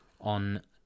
on